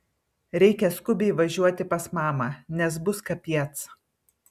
reikia skubiai važiuoti pas mamą nes bus kapiec